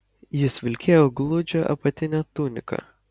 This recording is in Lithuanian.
jis vilkėjo gludžią apatinę tuniką